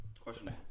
question